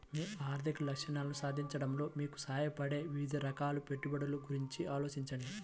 మీ ఆర్థిక లక్ష్యాలను సాధించడంలో మీకు సహాయపడే వివిధ రకాల పెట్టుబడుల గురించి ఆలోచించండి